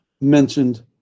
mentioned